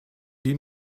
die